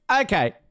okay